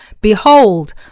Behold